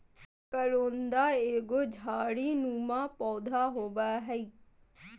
करोंदा एगो झाड़ी नुमा पौधा होव हय